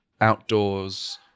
outdoors